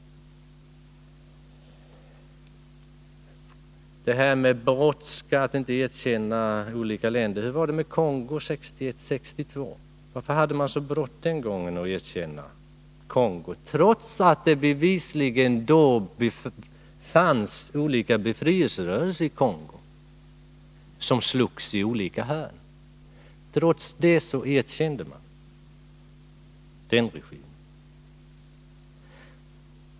När det gäller brådskan att erkänna olika länder vill jag fråga: Hur var det med Kongo 1961 och 1962? Varför hade Sverige så bråttom att den gången erkänna Kongo, trots att det då bevisligen fanns olika befrielserörelser i landet som slogs i olika härar?